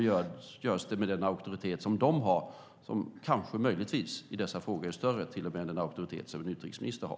Det görs med den auktoritet som den myndigheten har, som kanske möjligtvis i dessa frågor är större än till och med den auktoritet som en utrikesminister har.